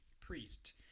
priest